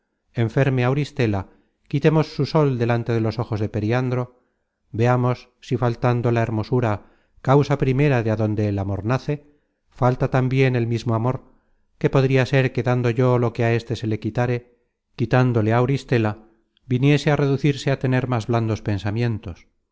enferme auristela quitemos su sol delante de los ojos de periandro veamos si faltando la hermosura causa primera de adonde el amor nace falta tambien el mismo amor que podria ser que dando yo lo que á éste se le quitáre quitándole á auristela viniese á reducirse á tener más blandos pensamientos